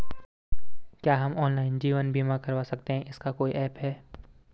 क्या हम ऑनलाइन जीवन बीमा करवा सकते हैं इसका कोई ऐप है?